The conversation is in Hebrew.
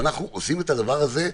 שאנחנו עושים את הדבר הזה,